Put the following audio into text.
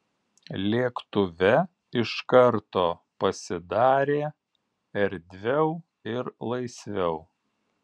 lėktuve iš karto pasidarė erdviau ir laisviau